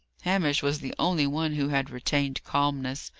hamish was the only one who had retained calmness.